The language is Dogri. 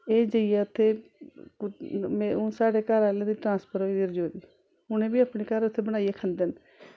एह् जाइयै उत्थै हून साढ़े घर आह्ले दी ट्रांस्फर होई गेदी राजौरी हून एह् बी अपने घर बनाइयै उत्थै खंदे न